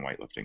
weightlifting